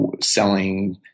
selling